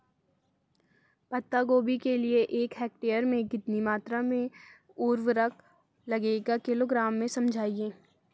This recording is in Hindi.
पत्ता गोभी के लिए एक हेक्टेयर में कितनी मात्रा में उर्वरक लगेगा किलोग्राम में समझाइए?